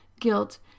guilt